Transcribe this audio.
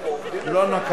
ותועבר לוועדת חוקה,